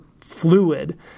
fluid